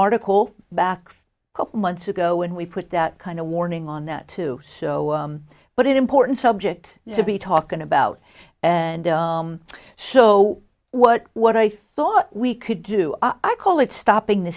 article back a couple months ago and we put that kind of warning on that too so but it important subject to be talking about and so what what i thought we could do i call it stopping the